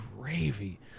gravy